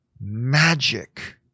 magic